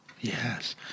Yes